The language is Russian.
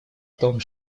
том